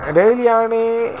रैलयाने